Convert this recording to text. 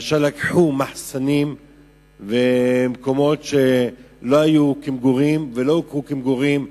היה שלקחו מחסנים ומקומות שלא שימשו למגורים ולא הוכרו למגורים,